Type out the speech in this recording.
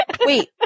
Wait